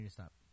stop